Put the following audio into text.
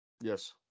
yes